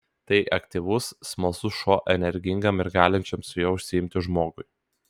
tai aktyvus smalsus šuo energingam ir galinčiam su juo užsiimti žmogui